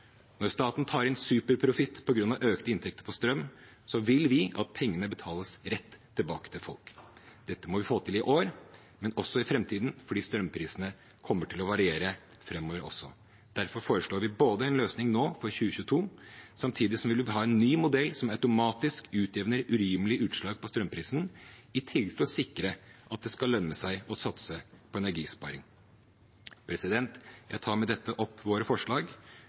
Når staten tar inn superprofitt på grunn av økte inntekter på strøm, vil vi at pengene betales rett tilbake til folk. Dette må vi få til i år, men også i framtiden, for strømprisene kommer til å variere framover også. Derfor foreslår vi en løsning nå, for 2022, samtidig som vi vil ha en ny modell som automatisk utjevner urimelige utslag på strømprisen, i tillegg til å sikre at det skal lønne seg å satse på energisparing. Jeg tar med dette opp våre forslag